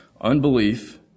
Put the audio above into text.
Unbelief